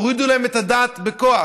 הורידו להם את הדת בכוח.